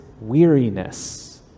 weariness